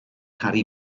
harry